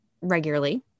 regularly